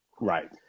Right